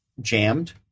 jammed